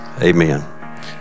Amen